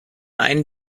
einen